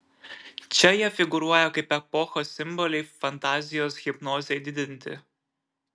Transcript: čia jie figūruoja kaip epochos simboliai fantazijos hipnozei didinti